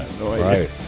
Right